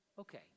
Okay